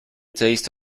taste